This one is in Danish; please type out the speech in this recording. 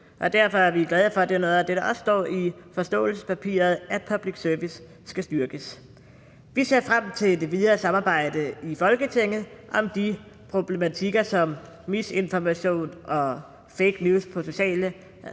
Derfor er vi glade for, at det er noget af det, der også står i forståelsespapiret, nemlig at public service skal styrkes. Vi ser frem til det videre samarbejde i Folketinget om de problematikker, som misinformation og fake news på sociale